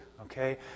okay